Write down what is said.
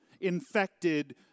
infected